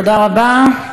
תודה רבה.